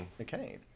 Okay